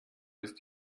ist